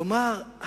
כלומר,